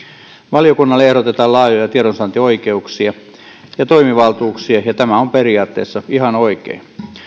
valiokunnalle ehdotetaan laajoja tiedonsaantioikeuksia ja toimivaltuuksia ja tämä on periaatteessa ihan oikein